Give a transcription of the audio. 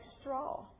straw